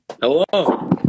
Hello